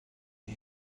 you